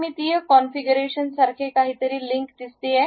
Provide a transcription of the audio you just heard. द्विमितीय कॉन्फिगरेशन सारखे काहीतरी लिंक दिसते